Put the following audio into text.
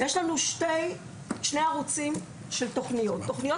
יש לנו שני ערוצים של תוכניות: תוכניות